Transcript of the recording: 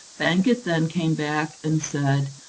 bankit then came back, and said,